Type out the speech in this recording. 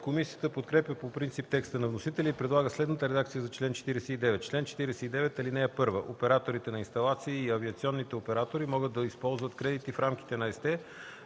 Комисията подкрепя по принцип текста на вносителя и предлага следната редакция за чл. 49: „Чл. 49. (1) Операторите на инсталации и авиационните оператори могат да използват кредити в рамките на ЕСТЕ